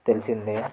తెలిసిందే